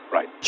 Right